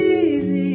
easy